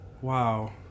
Wow